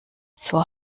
zur